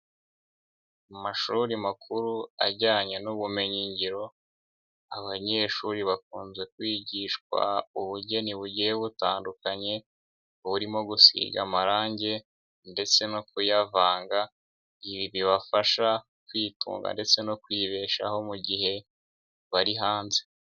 Mu mashuri makuru ajyanye n'ubumenyi ngiro, abanyeshuri bakunze kwigishwa ubugeni bugiye butandukanye, burimo gusiga amarangi ndetse no kuyavanga, ibi bibafasha kwitunga ndetse no kuyibeshaho mu gihe bari hanze.